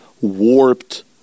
warped